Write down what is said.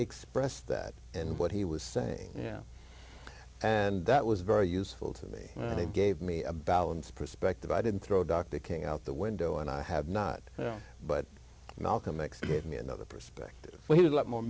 expressed that and what he was saying yeah and that was very useful to me and it gave me a balanced perspective i didn't throw dr king out the window and i have not but malcolm x gave me another perspective we had a lot more